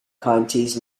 counties